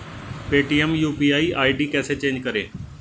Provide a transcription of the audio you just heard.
Paytm UPI ID कैसे change करें?